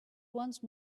once